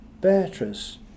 Beatrice